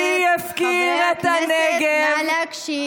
ביבי הפקיר את הנגב,